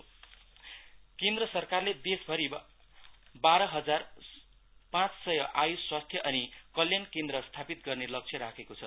अरुष केन्द्र सरकारले देशभरि बार हजार पाँच सय आयुष स्वास्थ्य अनि कल्याण केन्द्र स्थापित गर्ने लक्ष्य राखेको छ